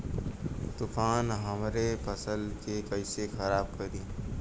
तूफान हमरे फसल के कइसे खराब करी?